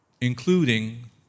including